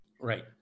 Right